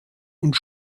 und